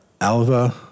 Alva